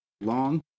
long